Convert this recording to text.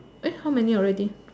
eh how many already